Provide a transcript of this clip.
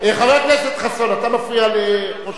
חבר הכנסת חסון, אתה מפריע לראש האופוזיציה.